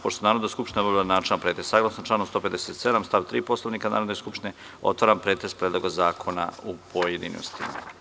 Pošto je Narodna skupština obavila načelni pretres, saglasno članu 157. stav 3. Poslovnika Narodne skupštine, otvaram pretres Predloga zakona u pojedinostima.